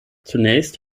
zunächst